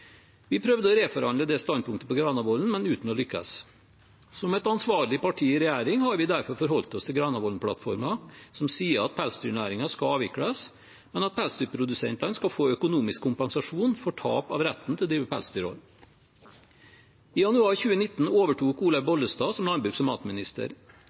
Vi prøvde å reforhandle det standpunktet på Granavolden, men uten å lykkes. Som et ansvarlig parti i regjering har vi derfor forholdt oss til Granavolden-plattformen, som sier at pelsdyrnæringen skal avvikles, men at pelsdyrprodusentene skal få økonomisk kompensasjon for tap av retten til å drive pelsdyrhold. I januar 2019 overtok Olaug Bollestad som landbruks- og matminister.